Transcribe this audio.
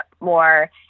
more